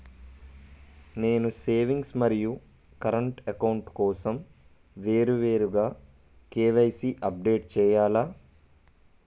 నేను సేవింగ్స్ మరియు current account కోసం వేరువేరుగా కే.వై.సీ అప్డేట్ చేయాలా?